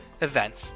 events